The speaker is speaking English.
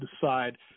decide